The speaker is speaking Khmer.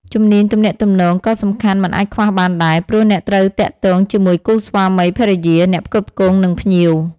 ជំនាញទំនាក់ទំនង ក៏សំខាន់មិនអាចខ្វះបានដែរ ព្រោះអ្នកត្រូវទាក់ទងជាមួយគូស្វាមីភរិយា អ្នកផ្គត់ផ្គង់ និងភ្ញៀវ។